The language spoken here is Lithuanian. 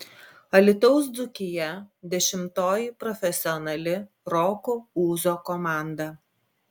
alytaus dzūkija dešimtoji profesionali roko ūzo komanda